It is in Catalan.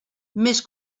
més